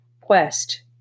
Quest